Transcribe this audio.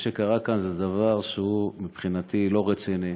מה שקרה כאן זה דבר שמבחינתי הוא לא רציני,